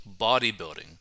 bodybuilding